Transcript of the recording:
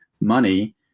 money